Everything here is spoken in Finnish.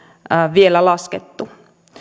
vielä laskettu